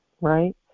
Right